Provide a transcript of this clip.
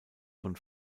von